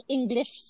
English